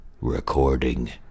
recording